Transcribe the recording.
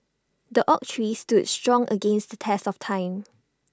the oak tree stood strong against the test of time